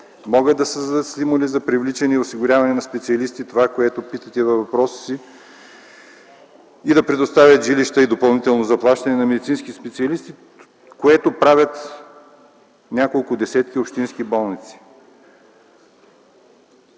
Могат да създадат стимули за привличане и осигуряване на специалисти – това, което питате във въпроса си, и да предоставят жилища и допълнително заплащане на медицински специалисти, което правят няколко десетки общински болници.